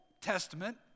Testament